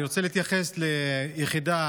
אני רוצה להתייחס ליחידה,